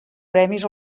premis